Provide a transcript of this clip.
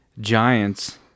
giants